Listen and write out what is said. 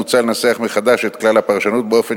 מוצע לנסח מחדש את כלל הפרשנות באופן